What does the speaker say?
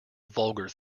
vulgar